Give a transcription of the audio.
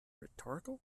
rhetorical